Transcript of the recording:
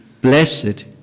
Blessed